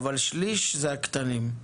אבל שליש היא של העסקים הקטנים.